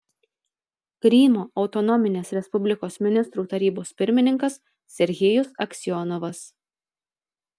krymo autonominės respublikos ministrų tarybos pirmininkas serhijus aksionovas